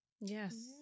Yes